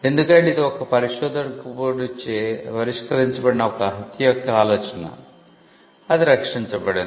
ఎందుకంటే ఇది ఒక పరిశోధకుడిచే పరిష్కరించబడిన ఒక హత్య యొక్క ఆలోచన అది రక్షించబడింది